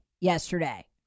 yesterday